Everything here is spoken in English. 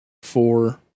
Four